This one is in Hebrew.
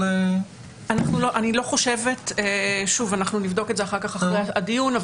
אנחנו נוודא את זה אחרי הדיון,